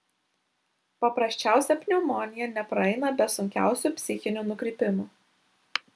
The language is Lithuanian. paprasčiausia pneumonija nepraeina be sunkiausių psichinių nukrypimų